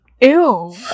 ew